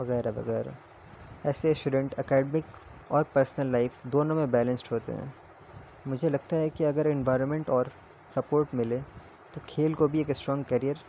وغیرہ وغیرہ ایسے اسٹوڈنٹ اکیڈمک اور پرسنل لائف دونوں میں بیلنسڈ ہوتے ہیں مجھے لگتا ہے کہ اگر انوائرمنٹ اور سپورٹ ملے تو کھیل کو بھی ایک اسٹرانگ کیریئر